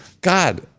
God